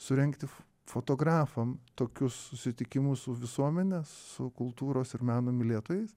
surengti fotografam tokius susitikimus su visuomene su kultūros ir meno mylėtojais